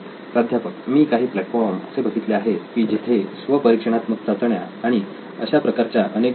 प्राध्यापक मी काही प्लॅटफॉर्म असे बघितले आहे की जिथे स्वपरीक्षणात्मक चाचण्या आणि अशा प्रकारच्या अनेक गोष्टी